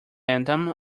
anthem